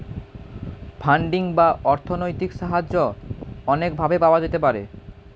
funding বা অর্থনৈতিক সাহায্য অনেক ভাবে পাওয়া যেতে পারে